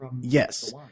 yes